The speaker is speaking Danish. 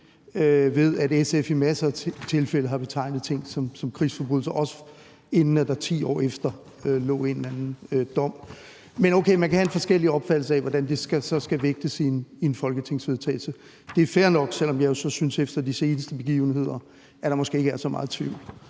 ved, at SF i masser af tilfælde har betegnet ting som krigsforbrydelser, også inden der 10 år efter lå en eller anden dom. Men okay, man kan have en forskellig opfattelse af, hvordan det så skal vægtes i en folketingsvedtagelse. Det er fair nok, selv om jeg jo så synes efter de seneste begivenheder, at der måske ikke er så meget tvivl: